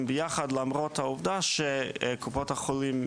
ביחד למרות העובדה שקופות החולים,